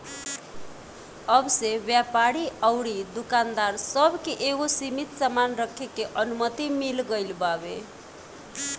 अब से व्यापारी अउरी दुकानदार सब के एगो सीमित सामान रखे के अनुमति मिल गईल बावे